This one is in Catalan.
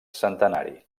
centenari